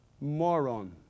moron